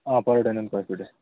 ಹಾಂ ಪರೋಟ ಇನ್ನೊಂದು ಕಳಿಸ್ಬಿಡ್ರಿ